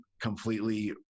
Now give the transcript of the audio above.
completely